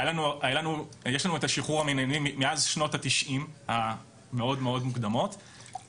יש לנו את השחרור המינהלי מאז שנות ה-90 המאוד-מאוד מוקדמות,